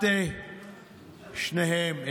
שניהם.